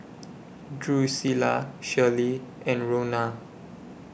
Drusilla Shirley and Rona